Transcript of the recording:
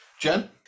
Jen